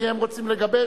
כי הם רוצים לגבש?